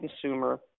consumer